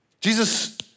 Jesus